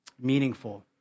meaningful